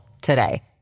today